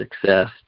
success